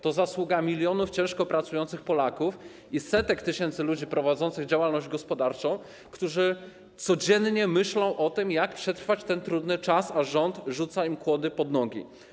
To jest zasługa milionów ciężko pracujących Polaków i setek tysięcy ludzi prowadzących działalność gospodarczą, którzy codziennie myślą o tym, jak przetrwać ten trudny czas, a rząd rzuca im kłody pod nogi.